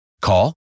Call